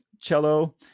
cello